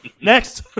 Next